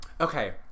Okay